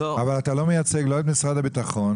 אתה לא מייצג את משרד הביטחון.